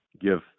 give